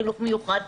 חינוך מיוחד,